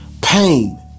Pain